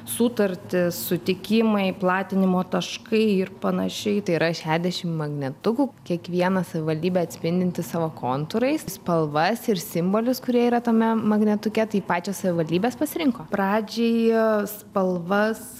sutartys sutikimai platinimo taškai ir panašiai tai yra šiadešimt magnetukų kiekviena savivaldybė atspindinti savo kontūrais spalvas ir simbolius kurie yra tame magnetuke tai pačios savivaldybės pasirinko pradžiai spalvas